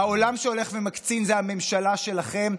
העולם שהולך ומקצין זה הממשלה שלכם.